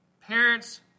parents